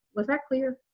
was that clear?